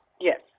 Yes